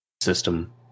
system